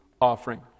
offering